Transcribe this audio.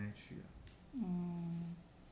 oh